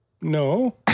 No